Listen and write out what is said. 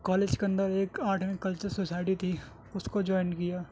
college کے اندر ایک آرٹ اینڈ کلچر سوسائٹی تھی اس کو جوائن کیا